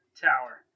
Tower